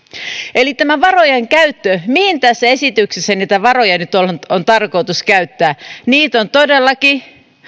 eli tämä varojen käyttö mihin tässä esityksessä niitä varoja nyt on tarkoitus käyttää niitä on todellakin